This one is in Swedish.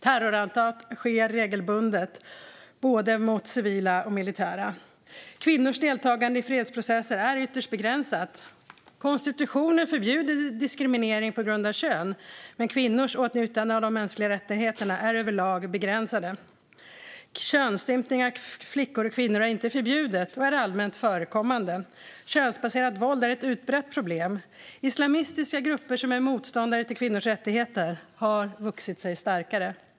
Terrorattentat sker regelbundet mot både civila och militär. Kvinnors deltagande i fredsprocesser är ytterst begränsat. Konstitutionen förbjuder diskriminering på grund av kön, men kvinnors åtnjutande av de mänskliga rättigheterna är överlag begränsat. Könsstympning av flickor och kvinnor är inte förbjudet och är allmänt förekommande. Könsbaserat våld är ett utbrett problem. Islamistiska grupper som är motståndare till kvinnors rättigheter har vuxit sig starkare.